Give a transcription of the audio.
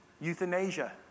euthanasia